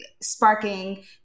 sparking